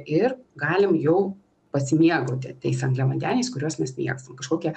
ir galim jau pasimėgauti tais angliavandeniais kuriuos mes mėgstam kažkokia